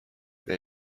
that